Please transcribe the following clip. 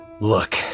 look